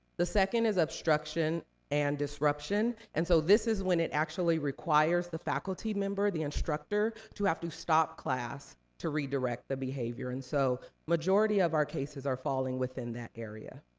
the second is obstruction and disruption. and so, this is when it actually requires the faculty member, the instructor, to have to stop class to redirect the behavior. and so, majority of our cases are falling within that area.